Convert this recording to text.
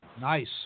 nice